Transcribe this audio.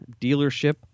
dealership